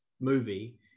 movie